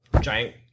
Giant